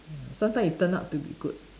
ya sometimes it turn out to be good